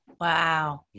Wow